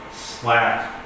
slack